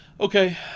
Okay